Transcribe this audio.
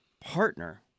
partner